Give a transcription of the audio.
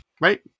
right